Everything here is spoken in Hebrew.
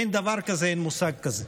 אין דבר כזה, אין מושג כזה.